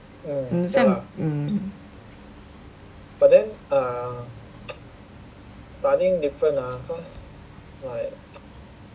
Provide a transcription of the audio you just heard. mm 像 mm